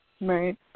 Right